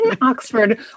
Oxford